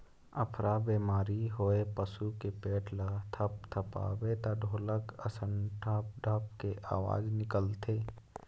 अफरा बेमारी होए पसू के पेट ल थपथपाबे त ढोलक असन ढप ढप के अवाज निकलथे